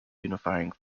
unifying